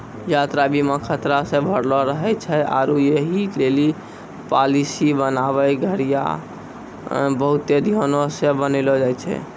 यात्रा बीमा खतरा से भरलो रहै छै आरु यहि लेली पालिसी बनाबै घड़ियां बहुते ध्यानो से बनैलो जाय छै